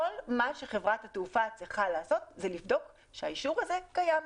כל מה שחברת התעופה צריכה לעשות זה לבדוק שהאישור הזה קיים,